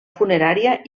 funerària